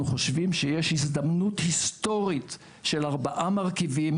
חושבים שיש הזדמנות היסטורית של ארבעה מרכיבים,